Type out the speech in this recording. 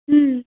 ம்